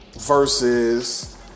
Versus